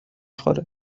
خوره